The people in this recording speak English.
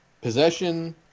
possession